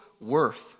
worth